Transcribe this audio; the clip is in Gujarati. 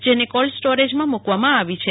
જેને કોલ્ડ સ્ટોરેજમાં મકવામાં આવી છે